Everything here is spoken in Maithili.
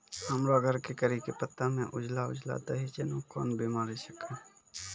हमरो घर के कढ़ी पत्ता के पेड़ म उजला उजला दही जेना कोन बिमारी छेकै?